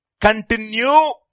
continue